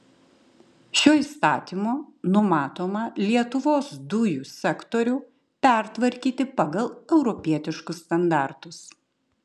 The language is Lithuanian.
šiuo įstatymu numatoma lietuvos dujų sektorių pertvarkyti pagal europietiškus standartus